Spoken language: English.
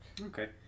Okay